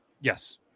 Yes